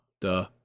duh